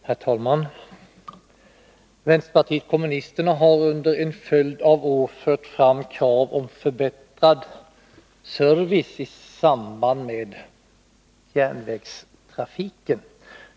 Herr talman! Vänsterpartiet kommunisterna har under en följd av år fört fram krav om förbättrad service i samband med järnvägstrafiken.